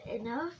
enough